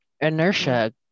inertia